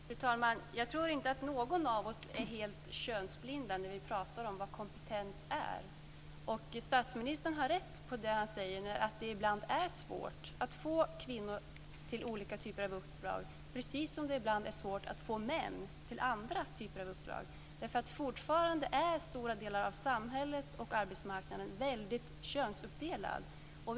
Fru talman! Jag tror inte att någon av oss är helt könsblind när vi pratar om vad kompetens är. Statsministern har rätt i att det ibland är svårt att få kvinnor till olika typer av uppdrag, precis som det ibland är svårt att få män till andra typer av uppdrag. Fortfarande är stora delar av samhället och arbetsmarknaden väldigt könsuppdelade.